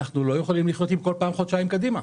אנחנו לא יכולים לחיות עם כל פעם חודשיים קדימה.